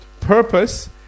purpose